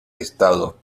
estado